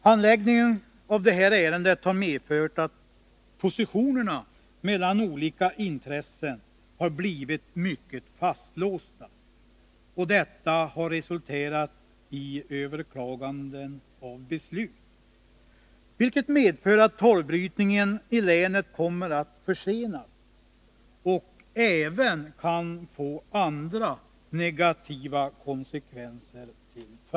Handläggningen av det här ärendet har medfört att positionerna mellan olika intressen har blivit mycket fastlåsta, och detta har resulterat i överklaganden av beslut. Torvbrytningen i länet kommer därigenom att försenas, och även andra negativa konsekvenser kan uppstå.